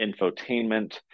infotainment